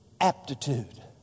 aptitude